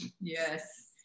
yes